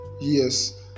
Yes